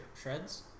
shreds